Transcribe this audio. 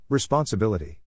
Responsibility